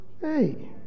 Hey